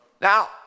Now